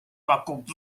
pakub